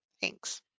Thanks